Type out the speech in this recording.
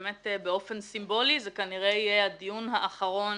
באמת באופן סימבולי זה כנראה יהיה הדיון האחרון